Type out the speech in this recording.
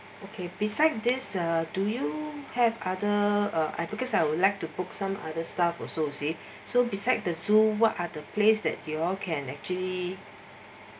okay beside this uh do you have other I because I would like to put some other staff also say so besides the two what are the place that you all can actually